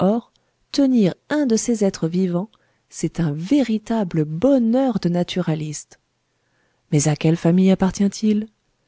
or tenir un de ces êtres vivant c'est un véritable bonheur de naturaliste mais à quelle famille